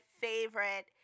favorite